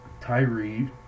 Tyree